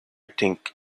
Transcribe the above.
think